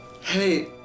Hey